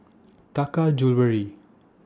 Taka Jewelry